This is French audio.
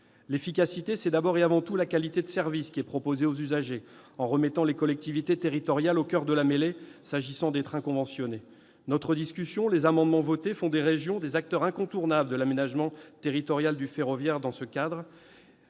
L'efficacité, c'est d'abord et avant tout la qualité du service proposé aux usagers, en remettant les collectivités territoriales au coeur de la mêlée s'agissant des trains conventionnés. Notre discussion et les amendements adoptés font des régions des acteurs incontournables de l'aménagement territorial du ferroviaire, dans le cadre